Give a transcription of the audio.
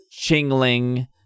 Chingling